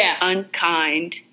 unkind